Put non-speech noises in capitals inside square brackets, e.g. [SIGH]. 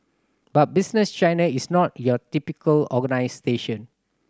but Business China is not your typical [UNINTELLIGIBLE] station